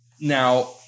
now